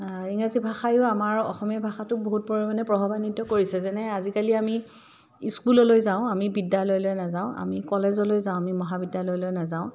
ইংৰাজী ভাষায়ো আমাৰ অসমীয়া ভাষাটোক বহুত পৰিমাণে প্ৰভাৱান্ৱিত কৰিছে যেনে আজিকালি আমি স্কুললৈ যাওঁ আমি বিদ্যালয়লৈ নাযাওঁ আমি কলেজলৈ যাওঁ আমি মহাবিদ্যালয়লৈ নাযাওঁ